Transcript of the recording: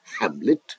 Hamlet